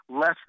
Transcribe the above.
less